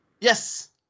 Yes